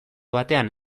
batean